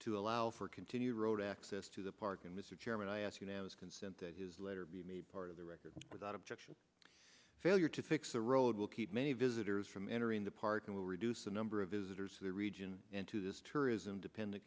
to allow for continued road access to the park and mr chairman i ask unanimous consent that his letter be made part of the record without objection failure to fix a road will keep many visitors from entering the park and will reduce the number of visitors to the region and to this tourism dependent